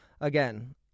again